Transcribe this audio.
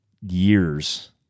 years